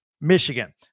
Michigan